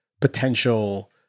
potential